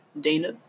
Dana